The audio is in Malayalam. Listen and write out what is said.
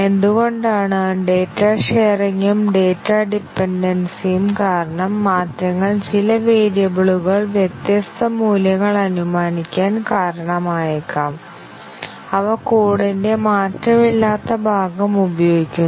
എന്തുകൊണ്ടാണ് ഡാറ്റ ഷെയറിങ് ഉം ഡാറ്റ ഡിപെൻഡെൻസിയും കാരണം മാറ്റങ്ങൾ ചില വേരിയബിളുകൾ വ്യത്യസ്ത മൂല്യങ്ങൾ അനുമാനിക്കാൻ കാരണമായേക്കാം അവ കോഡിന്റെ മാറ്റമില്ലാത്ത ഭാഗം ഉപയോഗിക്കുന്നു